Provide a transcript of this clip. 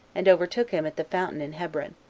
and overtook him at the fountain in hebron.